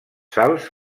sals